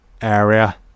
area